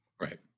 right